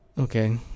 Okay